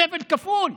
סבל כפול.